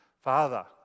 father